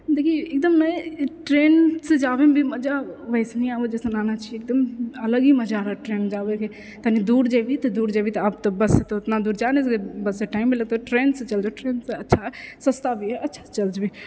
देखिऔ एकदम नहि ट्रेनसँ जाबएमे भी मजा वैसन ही आबए जइसन आना चाहिए एकदम अलग ही मजा है ट्रेनमे जाबएके तनि दूर जेबीही तऽ दूर जेबीही तऽ आब बससँ तऽ उतना दूर जा नहि सकए छी बससँ टाइम भी लगतौ ट्रेनसँ अच्छा सस्ता भी अच्छासँ चलि जेबीही